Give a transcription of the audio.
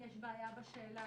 יש בעיה בשאלה,